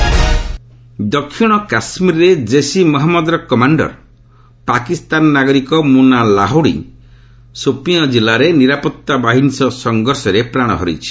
କେକେ ଗନ୍ଫିଟ୍ ଦକ୍ଷିଣ କାଶ୍କୀରରେ ଜେିସ୍ ଇ ମହମ୍ମଦର କମାଣ୍ଡର ପାକିସ୍ତାନ ନାଗରିକ ମୁନା ଲାହୋଡି ସୋପିଓଁ କିଲ୍ଲାରେ ନିରାପଭାବାହିନୀ ସହ ସଂଘର୍ଷରେ ପ୍ରାଣ ହରାଇଛି